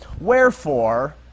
Wherefore